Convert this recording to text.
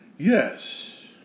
Yes